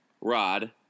Rod